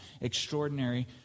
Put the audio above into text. extraordinary